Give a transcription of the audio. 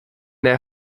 der